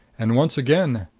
and once again,